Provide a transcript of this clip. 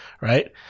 Right